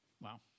Wow